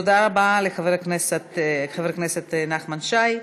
תודה לחבר הכנסת נחמן שי.